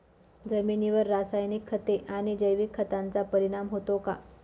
जमिनीवर रासायनिक खते आणि जैविक खतांचा परिणाम होतो का?